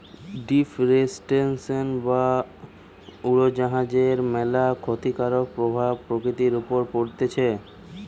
deforestation বা বন উজাড়ের ম্যালা ক্ষতিকারক প্রভাব প্রকৃতির উপর পড়তিছে